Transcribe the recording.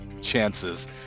chances